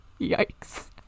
yikes